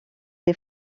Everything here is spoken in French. des